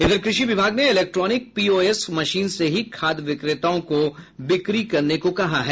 इधर कृषि विभाग ने इलेक्ट्रोनिक पीओएस मशीन से ही खाद विक्रेताओं को बिक्री करने को कहा है